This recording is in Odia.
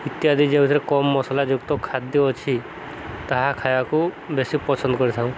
ଇତ୍ୟାଦି ଯେଉଁଥିରେ କମ ମସଲା ଯୁକ୍ତ ଖାଦ୍ୟ ଅଛି ତାହା ଖାଇବାକୁ ବେଶୀ ପସନ୍ଦ କରିଥାଉଁ